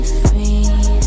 free